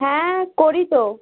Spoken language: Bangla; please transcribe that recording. হ্যাঁ করি তো